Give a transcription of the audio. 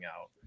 out